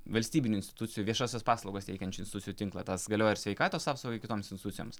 valstybinių institucijų viešąsias paslaugas teikiančių institucijų tinklą tas galioja ir sveikatos apsaugai kitoms insitucijoms